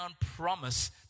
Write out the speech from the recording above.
promise